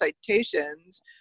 citations